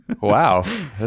wow